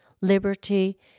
liberty